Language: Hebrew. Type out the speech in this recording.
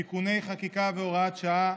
(תיקוני חקיקה והוראת שעה),